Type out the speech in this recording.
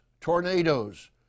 tornadoes